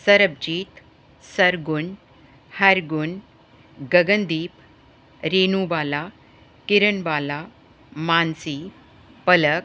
Sarabjit Sargun Hargun Gagandeep Reenu Bala Kiran Bala Mansi Palak